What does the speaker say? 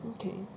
okay